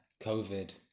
COVID